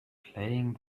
playing